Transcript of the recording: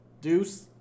Deuce